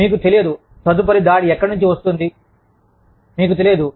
మీకు తెలియదు తదుపరి దాడి ఎక్కడ నుండి వస్తోంది మీకు తెలియదు